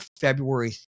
February